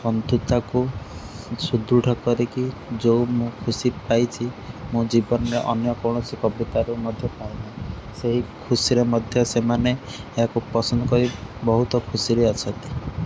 ବନ୍ଧୁତାକୁ ସୁଦୃଢ଼ କରିକି ଯେଉଁ ମୁଁ ଖୁସି ପାଇଛି ମୋ ଜୀବନରେ ଅନ୍ୟ କୌଣସି କବିତାରୁ ମଧ୍ୟ ପାଏନି ସେହି ଖୁସିରେ ମଧ୍ୟ ସେମାନେ ଏହାକୁ ପସନ୍ଦ କରି ବହୁତ ଖୁସିରେ ଅଛନ୍ତି